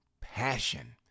passion